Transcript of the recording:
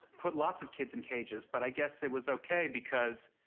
put lots of kids in cages, but i guess it was okay because.